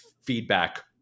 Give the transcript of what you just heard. feedback